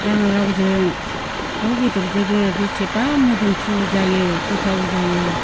राङालावजों दाउ बेदरजोंबो बेसेबा मोदोमफ्रु जायो गोथाव जायो